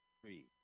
three